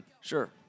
Sure